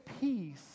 peace